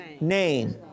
name